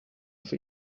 für